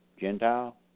Gentile